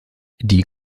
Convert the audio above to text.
die